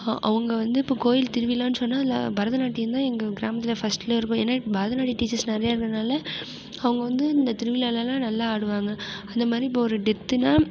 அவங்க வந்து இப்போ கோயில் திருவிழானு சொன்னால் அதில் பரதநாட்டியந்தான் எங்கள் கிராமத்தில் ஃபஸ்ட்டில் இருக்கும் ஏன்னா பரதநாட்டியம் டீச்சர்ஸ் நிறைய இருக்கறதுனால அவங்க வந்து இந்த திருவிழாலலாம் நல்லா ஆடுவாங்க அந்த மாதிரி இப்போ ஒரு டெத்துனால்